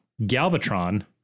galvatron